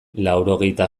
laurogeita